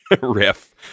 riff